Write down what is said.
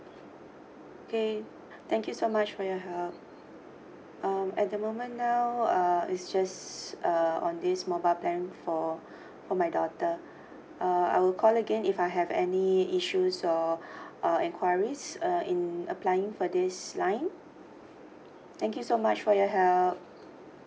okay thank you so much for your help um at the moment now uh is just uh on this mobile plan for for my daughter uh I will call again if I have any issues or uh enquiries uh in applying for this line thank you so much for your help